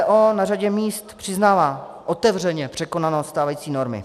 MPO na řadě míst přiznává otevřeně překonanost stávající normy.